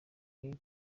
lague